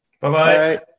Bye-bye